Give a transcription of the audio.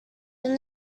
then